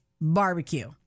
barbecue